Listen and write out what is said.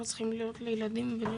הם לא צריכים להיות לילדים וגם